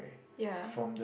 ya